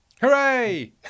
Hooray